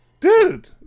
Dude